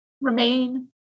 remain